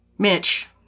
Mitch